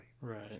Right